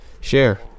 share